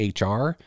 HR